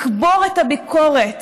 לקבור את הביקורת,